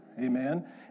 Amen